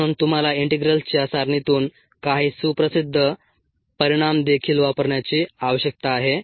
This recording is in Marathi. म्हणून तुम्हाला इंटीग्रल्सच्या सारणीतून काही सुप्रसिद्ध परिणाम देखील वापरण्याची आवश्यकता आहे